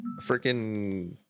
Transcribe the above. freaking